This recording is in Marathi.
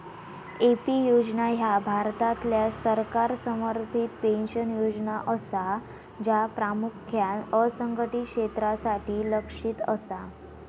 ए.पी योजना ह्या भारतातल्या सरकार समर्थित पेन्शन योजना असा, ज्या प्रामुख्यान असंघटित क्षेत्रासाठी लक्ष्यित असा